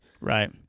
Right